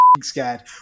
Scared